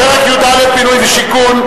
פרק י"א: בינוי ושיכון.